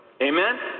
amen